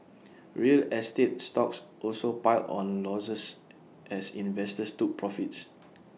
real estate stocks also piled on losses as investors took profits